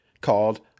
called